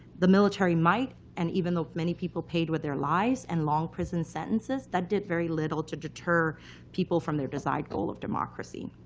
the military might, and even though many people paid with their lives and long prison sentences, that did very little to deter people from their desired goal of democracy.